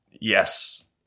yes